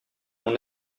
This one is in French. mon